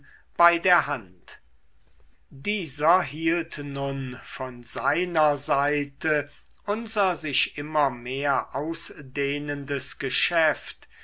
bei der hand dieser hielt nun von seiner seite unser sich immer mehr ausdehnendes geschäft